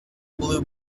blue